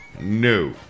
no